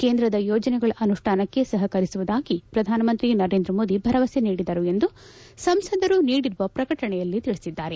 ಕೇಂದ್ರದ ಯೋಜನೆಗಳ ಅನುಷ್ಠಾನಕ್ಕೆ ಸಪಕರಿಸುವುದಾಗಿ ಪ್ರಧಾನಮಂತ್ರಿ ನರೇಂದ್ರ ಮೋದಿ ಭರವಸೆ ನೀಡಿದರು ಎಂದು ಸಂಸದರು ನೀಡಿರುವ ಪ್ರಕಟಣೆಯಲ್ಲಿ ತಿಳಿಸಿದ್ದಾರೆ